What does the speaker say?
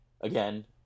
again